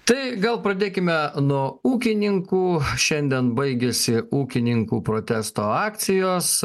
tai gal pradėkime nuo ūkininkų šiandien baigėsi ūkininkų protesto akcijos